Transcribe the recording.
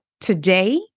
today